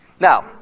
Now